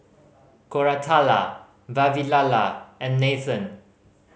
Koratala Vavilala and Nathan